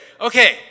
okay